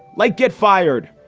like get fired.